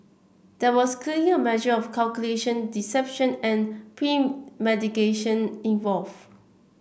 there was clearly a measure of calculation deception and premeditation involved